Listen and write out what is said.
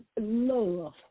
love